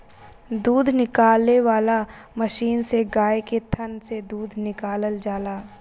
दूध निकाले वाला मशीन से गाय के थान से दूध निकालल जाला